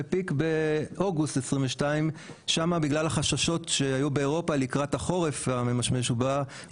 ופיק באוגוסט 2022 שם בגלל החששות שהיו באירופה לקראת החורף הממשמש ובא,